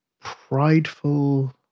prideful